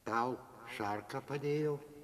tau šarka padėjo